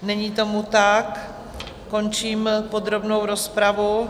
Není tomu tak, končím podrobnou rozpravu.